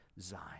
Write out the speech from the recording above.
Zion